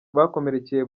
bakomerekeye